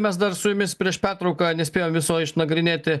mes dar su jumis prieš pertrauką nespėjom visoj išnagrinėti